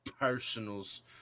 Personals